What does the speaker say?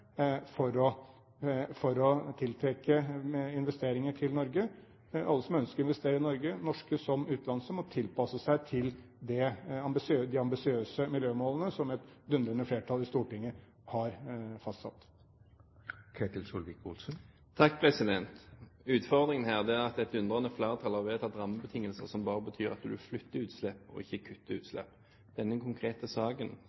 for å tiltrekke investeringer til Norge. Alle som ønsker å investere i Norge, norske som utenlandske, må tilpasse seg de ambisiøse miljømålene som et dundrende flertall i Stortinget har fastsatt. Utfordringen her er at «et dundrende flertall» har vedtatt rammebetingelser som bare betyr at man flytter utslipp og ikke kutter utslipp. I denne konkrete saken,